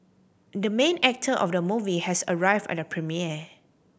the main actor of the movie has arrived at the premiere